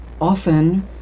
often